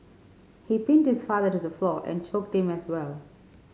he pinned his father to the floor and choked him as well